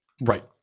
Right